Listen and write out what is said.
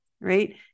right